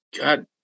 God